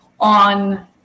On